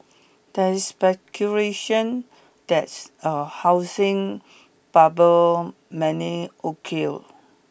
there is speculation that's a housing bubble many occur